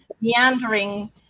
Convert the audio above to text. meandering